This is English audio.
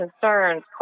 concerns